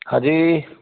हाँ जी